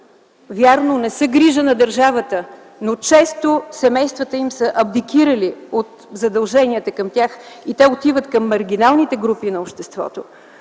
Вярно, не са грижа на държавата, но често семействата им са абдикирали от задълженията към тях и те отиват към маргиналните групи на обществото.